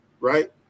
right